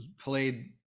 played